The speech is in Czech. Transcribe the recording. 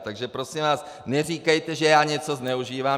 Takže prosím vás, neříkejte, že já něco zneužívám.